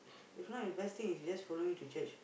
if not the best thing is just follow me to church